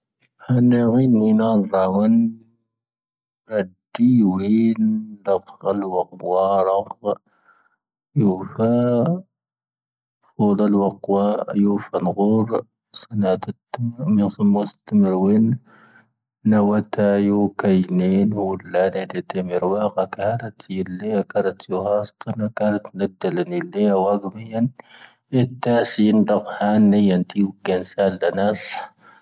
ʻⴰⵏ'ⴰⵡⵉⵏ ⵏⵉ ʻⴰⵏ'ⴰⵡⵉⵏ ʻⴰⴷⴷⵉⵡⵉⵏ ʻⴷⴰⴽⵀⴰ ʻⴰⵡⴰⴽⵡⴰ ʻⴰⴽⵀⴰ ʻⵢⵓⴼⴰ ʻⴼⴰⵡⴷ ʻⴰⵡⴰⴽⵡⴰ ʻⴰⵢⵓ ʻⴼⴰⵏ'ⴳⵓⵔ ʻⵙⴰⵏ'ⴰⵜⴰⵜ ʻⵎ'ⵉⵣⵎ ʻoⵙⵉⵜⵉⵎⵉⵔⵡⵉⵏ ʻⵏⴰⵡⴰⵜⴰ ⵢⵓ ⴽⴰⵉⵏⵉⵏ ʻⵓ ʻⵓⵍ'ⴰⵏ'ⴰⴷⵉⵜⵉⵎⵉⵔⵡⴰⴽⴰⴽⴰⴽⴰⵔⴰⵜ ʻⵉ'ⵉⵍ ⵍⴻ'ⴰ ⴽⴰⵔⴰⵜ ⵢⵓ ⵀⴰⵙⵜⴰⵏ ʻⴰⴽⵀⴰ ʻⴰⴷⴷⵉⵜⵉⵍ ⵏⵉⵍ ⵍⴻ'ⴰ ⵡⴰⴽⵎⵉⵢⴰⵏ ʻⵉⵜ'ⴰⵙⵉⵏ ʻⴷⴰⴽⵀⴰ ʻⴰⵏ'ⵉⵢⴰⵏ ʻⵜⵉⵢⵓⴽⴰⵏⵙⴰⵍ ⴷⴰⵏⴰⵙ.